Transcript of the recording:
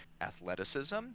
athleticism